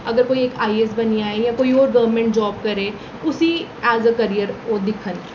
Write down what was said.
अगर कोई इक आईएएस बनी जाए जां कोई होर गौरमेंट जाब करै उसी ऐज ए कैरियर ओह् दिक्खन